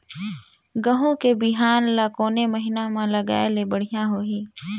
गहूं के बिहान ल कोने महीना म लगाय ले बढ़िया होही?